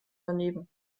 daneben